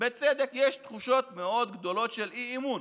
יש תחושות מאוד גדולות של אי-אמון.